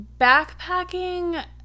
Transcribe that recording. backpacking